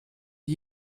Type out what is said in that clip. die